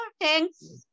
thanks